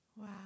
Wow